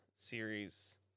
Series